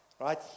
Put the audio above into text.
right